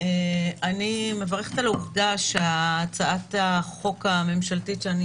אני מברכת על העובדה שהצעת החוק הממשלתית שאני